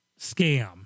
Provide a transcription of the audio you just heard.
Scam